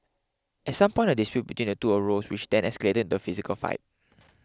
at some point a dispute between the two arose which then escalated into physical fight